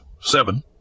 seven